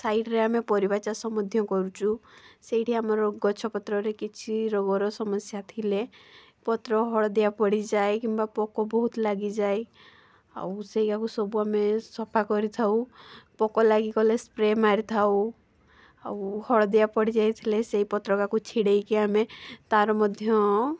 ସାଇଡ଼୍ରେ ଆମେ ପରିବା ଚାଷ ମଧ୍ୟ କରୁଛୁ ସେଇଠି ଆମର ଗଛ ପତ୍ରରେ କିଛି ରୋଗର ସମସ୍ୟା ଥିଲେ ପତ୍ର ହଳଦିଆ ପଡ଼ିଯାଏ କିମ୍ବା ପୋକ ବହୁତ ଲାଗିଯାଏ ଆଉ ସେଇଆକୁ ସବୁ ଆମେ ସଫା କରିଥାଉ ପୋକ ଲାଗିଗଲେ ସ୍ପ୍ରେ ମାରିଥାଉ ଆଉ ହଳଦିଆ ପଡ଼ିଯାଇଥିଲେ ସେଇ ପତ୍ରଆକୁ ଛିଡ଼ାଇକି ଆମେ ତା'ର ମଧ୍ୟ